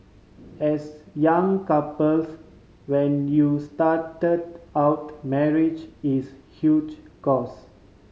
as young couples when you started out marriage is huge cost